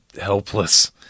helpless